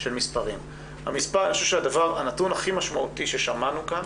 של מספרים בעניין הזה והנתון הכי משמעותי ששמענו כאן